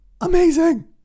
amazing